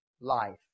life